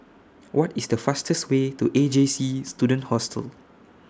What IS The fastest Way to A J C Student Hostel